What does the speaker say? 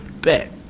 bet